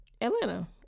Atlanta